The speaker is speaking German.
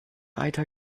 eiter